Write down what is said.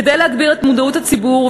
כדי להגביר את מודעות הציבור,